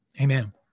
Amen